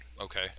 Okay